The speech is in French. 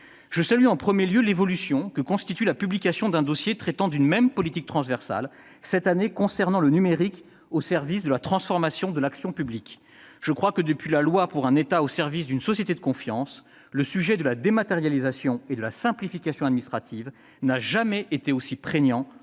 Je salue en premier lieu l'évolution que représente la publication d'un dossier traitant d'une même politique transversale cette année concernant le numérique au service de la transformation de l'action publique. Depuis la loi pour un État au service d'une société de confiance, le sujet de la dématérialisation et de la simplification administrative n'a jamais été aussi prégnant